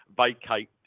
vacate